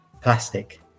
plastic